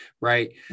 Right